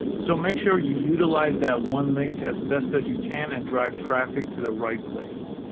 so make sure you utilize that one link as best as you can and drive traffic to the right place.